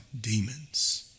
demons